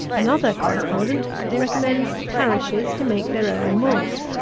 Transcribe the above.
another correspondent recommends parishes to make their own malt.